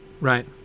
Right